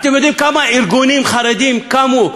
אתם יודעים כמה ארגונים חרדיים קמו,